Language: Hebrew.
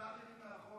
אני ציטטתי מהחוק.